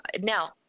Now